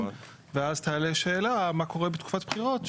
ואז תעלה שאלה מה קורה בתקופת בחירות?